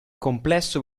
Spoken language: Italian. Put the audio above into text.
complesso